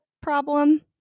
problem